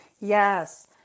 Yes